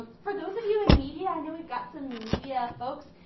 for those of you in media, i know we've got some media folks,